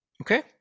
Okay